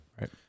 right